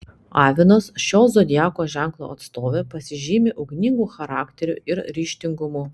avinas šio zodiako ženklo atstovė pasižymi ugningu charakteriu ir ryžtingumu